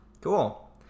cool